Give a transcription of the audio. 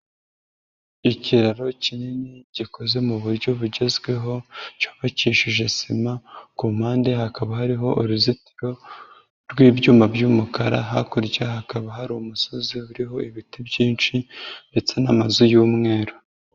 Ikiraro kinini gikozwe mu buryo bugezweho cyubakishije sima, ku mpande hakaba hariho uruzitiro rw'ibyuma by'umukara, hakurya hakaba hari umusozi uriho ibiti byinshi ndetse n'amazu y'umweru.